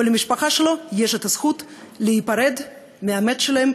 ולמשפחה שלו יש הזכות להיפרד מהמת שלהם,